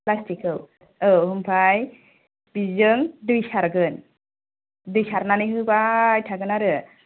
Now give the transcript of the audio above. plastic खौ औ आमफाय बिजों दै सारगोन दै सारनानै होबाय थागोन आरो